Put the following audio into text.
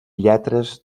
lletres